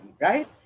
right